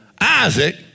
Isaac